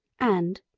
and,